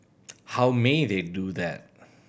how may they do that